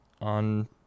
on